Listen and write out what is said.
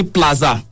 Plaza